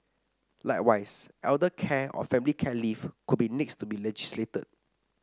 likewise elder care or family care leave could be next to be legislated